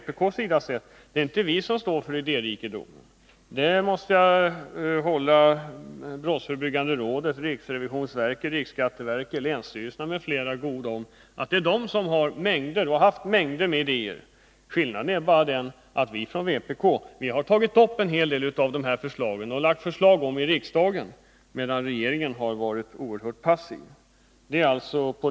I varje fall är det inte vi från vpk På den punkten måste jag hålla brottsförebyggande rådet, riksrevisionsverket, riksskatteverket, länsstyrelserna m.fl. räkning för att det är de som har och har haft mängder med idéer. Däremot har vi från vpk tagit upp en hel del av dessa idéer och lagt fram dem som förslag i riksdagen, medan regeringen har varit oerhört passiv.